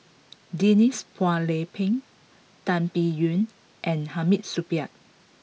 Denise Phua Lay Peng Tan Biyun and Hamid Supaat